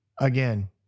again